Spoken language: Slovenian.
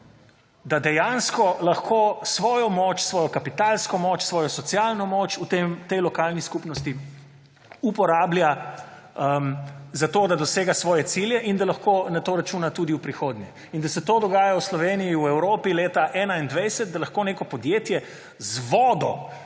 da dejansko lahko svojo moč, svojo kapitalsko moč, svojo socialno moč v tej lokalni skupnosti uporablja zato, da dosega svoje cilje in da lahko na to računa tudi v prihodnje. Da se dogaja v Sloveniji, v Evropi leta 2021, da lahko neko podjetje z vodo